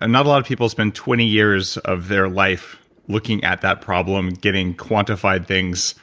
and not a lot of people spend twenty years of their life looking at that problem, getting quantified things.